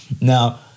Now